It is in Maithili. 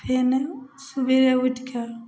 फेर सबेरे उठिके